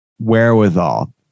wherewithal